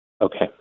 Okay